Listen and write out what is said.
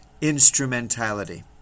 instrumentality